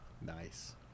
Nice